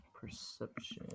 Perception